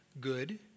Good